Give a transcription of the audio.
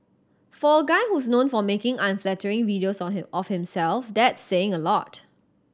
for a guy who's known for making unflattering videos or him of himself that's saying a lot